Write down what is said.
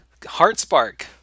HeartSpark